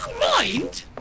mind